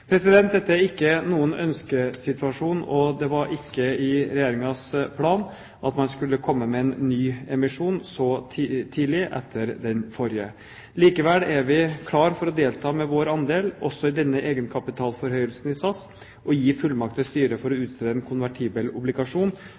Dette er ikke noen ønskesituasjon, og det var ikke i Regjeringens plan at man skulle komme med en ny emisjon så tidlig etter den forrige. Likevel er vi klare for å delta med vår andel også i denne egenkapitalforhøyelsen i SAS, og gir fullmakt til styret for å utstede en konvertibel obligasjon